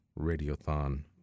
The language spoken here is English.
Radiothon